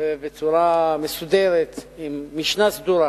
ובצורה מסודרת, עם משנה סדורה,